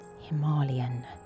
Himalayan